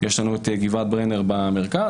גבעת ברנר במרכז,